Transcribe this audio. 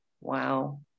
wow